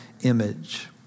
image